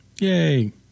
Yay